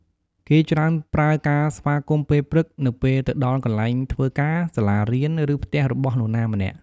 គេច្រើនប្រើការស្វាគមន៍ពេលព្រឹក នៅពេលទៅដល់កន្លែងធ្វើការ សាលារៀន ឬផ្ទះរបស់នរណាម្នាក់។